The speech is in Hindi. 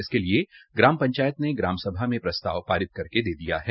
इसके लिये ग्राम पंचायत ने ग्राम सभा में प्रस्ताव पारित करके दे दिया है